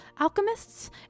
alchemists